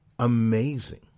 amazing